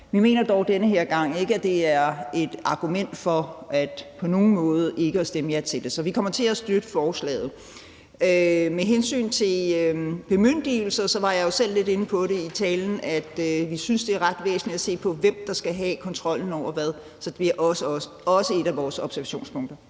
at det på nogen måde er et argument for ikke at stemme ja til det, så vi kommer til at støtte forslaget. Med hensyn til bemyndigelser var jeg jo selv lidt inde på i talen, at vi synes, det er ret væsentligt at se på, hvem der skal have kontrollen over hvad. Så det er også et af vores observationspunkter.